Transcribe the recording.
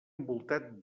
envoltat